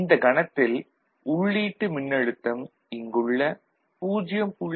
இந்தக் கணத்தில் உள்ளீட்டு மின்னழுத்தம் இங்குள்ள 0